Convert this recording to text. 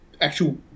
actual